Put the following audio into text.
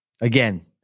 Again